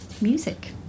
music